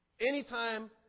Anytime